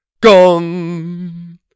Gong